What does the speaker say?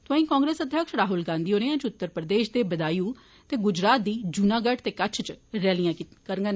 तोंआई कांग्रेस अध्यक्ष राहल गांधी होरें अज्ज उत्तर प्रदेश दे बदायु ते ग्जरात दी जूनागढ़ ते कच्छ च रैलियां करगंन